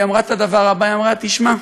והיא אמרה את הדבר הבא: תשמע,